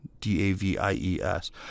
D-A-V-I-E-S